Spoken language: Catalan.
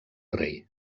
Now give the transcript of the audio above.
rei